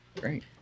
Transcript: Great